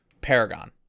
Paragon